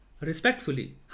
Respectfully